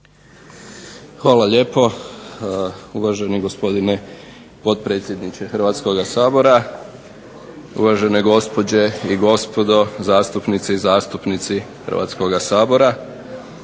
Hvala lijepo uvaženi gospodine potpredsjedniče Hrvatskog sabora, uvažene gospođe i gospodo zastupnice i zastupnici Hrvatskoga sabora.